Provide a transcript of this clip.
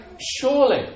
surely